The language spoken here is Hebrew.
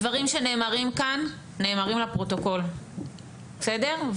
הדברים שנאמרים כאן נאמרים לפרוטוקול בסדר?